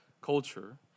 culture